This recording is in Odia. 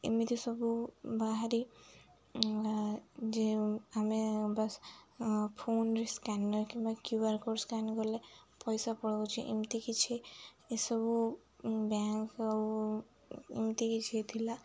ଏମିତି ସବୁ ବାହାରି ଯେ ଆମେ ବାସ୍ ଫୋନ୍ରେ ସ୍କାନର୍ କିମ୍ବା କ୍ୟୁଆର୍ କୋଡ଼୍ ସ୍କାନ୍ କଲେ ପଇସା ପଳଉଛି ଏମିତି କିଛି ଏସବୁ ବ୍ୟାଙ୍କ୍ ଆଉ ଏମିତି କିଛି ଥିଲା